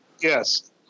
yes